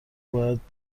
باید